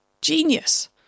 Genius